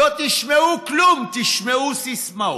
לא תשמעו כלום, תשמעו סיסמאות.